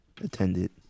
attended